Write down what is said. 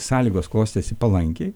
sąlygos klostėsi palankiai